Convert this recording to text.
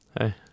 hey